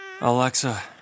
Alexa